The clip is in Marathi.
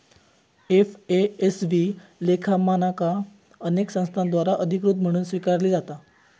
एफ.ए.एस.बी लेखा मानका अनेक संस्थांद्वारा अधिकृत म्हणून स्वीकारली जाता